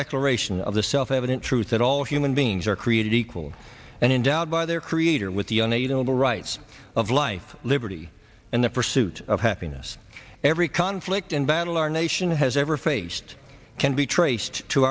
declaration of the self evident truth that all human beings are created equal and endowed by their creator with the owner of the rights of life liberty and the pursuit of happiness every conflict and battle our nation has ever faced can be traced to